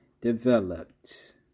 developed